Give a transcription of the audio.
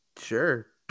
Sure